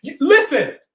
Listen